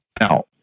Now